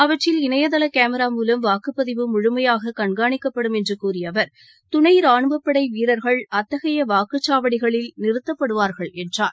அவற்றில் இணையதள கேமரா மூலம் வாக்குப்பதிவு முழுமையாக கண்காணிக்கப்படும் என்று கூறிய அவர் துணை ராணுவப்படை வீரர்கள் அத்தகைய வாக்குச்சாவடிகளில் நிறுத்தப்படுவார்கள் என்றார்